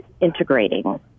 integrating